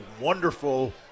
wonderful